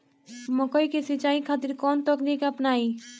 मकई के सिंचाई खातिर कवन तकनीक अपनाई?